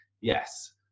yes